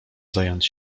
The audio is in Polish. zająć